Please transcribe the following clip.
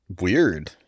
Weird